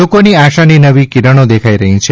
લોકોને આશાની નવી કિરણો દેખાઇ રહી છે